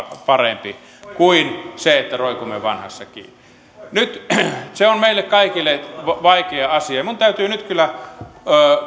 parempi kuin se että roikumme vanhassa kiinni se on meille kaikille vaikea asia minun täytyy nyt kyllä